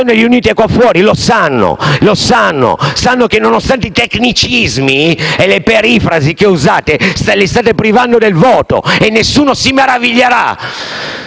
riunite qua fuori lo sanno. Sanno che, nonostante i tecnicismi e le perifrasi che usate, li state privando del voto. E nessuno si meraviglierà